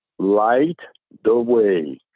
lighttheway